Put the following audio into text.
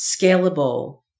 scalable